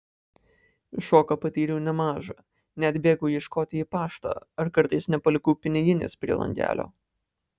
šoką patyriau nemažą net bėgau ieškoti į paštą ar kartais nepalikau piniginės prie langelio